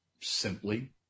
simply